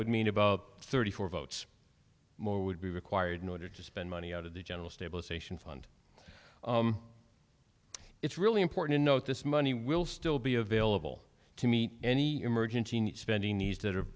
would mean about thirty four votes more would be required in order to spend money out of the general stabilization fund it's really important to note this money will still be available to meet any emergency spending needs to